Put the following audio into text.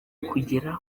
kugera